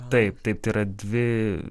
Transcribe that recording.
taip taip tai yra dvi